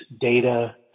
data